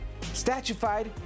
statuified